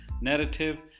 narrative